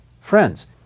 friends